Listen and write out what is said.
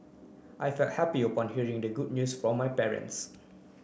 I felt happy upon hearing the good news from my parents